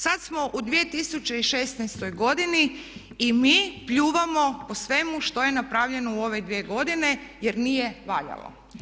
Sad smo u 2016.godini i mi pljujemo po svemu što je napravljeno u ove dvije godine jer nije valjalo.